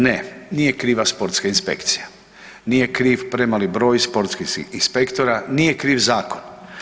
Ne, nije kriva sportska inspekcija, nije kriv premali broj sportskih inspektora, nije kriv zakon.